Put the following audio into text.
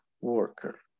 worker